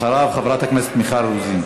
אחריו, חברת הכנסת מיכל רוזין.